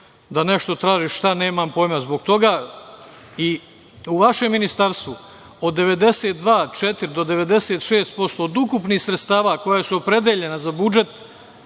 da nešto traže. Šta? Nemam pojma. Zbog toga i u vašem ministarstvu od 92, 94 do 96% od ukupnih sredstava koja su opredeljena za budžet